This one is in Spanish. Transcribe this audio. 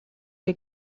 que